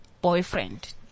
boyfriend